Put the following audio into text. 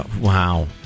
Wow